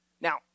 Now